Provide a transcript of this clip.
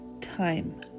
time